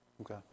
Okay